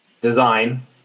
Design